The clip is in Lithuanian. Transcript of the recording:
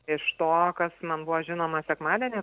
iš to kas man buvo žinoma sekmadienį